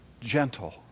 gentle